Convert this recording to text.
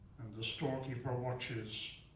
and the storekeeper watches,